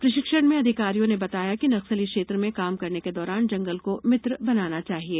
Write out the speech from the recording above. प्रशिक्षण में अधिकारियों ने बताया कि नक्सली क्षेत्र में काम करने के दौरान जंगल को मित्र बनाना चाहिये